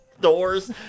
doors